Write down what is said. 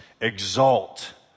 Exalt